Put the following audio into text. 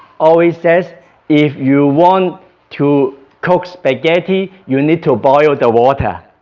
always says if you want to cook spaghetti, you need to boil the water